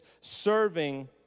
serving